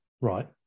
Right